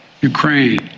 Ukraine